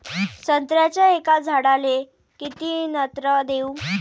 संत्र्याच्या एका झाडाले किती नत्र देऊ?